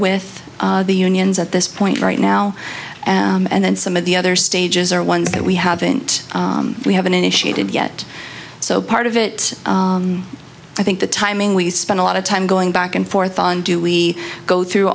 with the unions at this point right now and then some of the other stages are ones that we haven't we haven't initiated yet so part of it i think the timing we spend a lot of time going back and forth on do we go through